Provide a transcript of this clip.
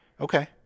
Okay